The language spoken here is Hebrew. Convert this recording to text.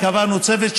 וקבענו צוות,